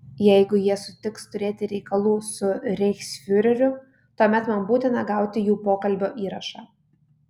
jeigu jie sutiks turėti reikalų su reichsfiureriu tuomet man būtina gauti jų pokalbio įrašą